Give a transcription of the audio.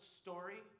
story